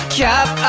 cap